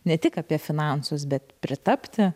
ne tik apie finansus bet pritapti